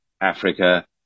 Africa